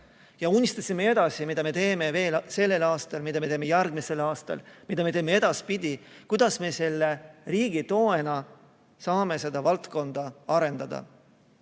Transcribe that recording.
me unistasime edasi, mida me teeme veel sellel aastal, mida me teeme järgmisel aastal, mida me teeme edaspidi, kuidas me riigi toega saame seda valdkonda arendada.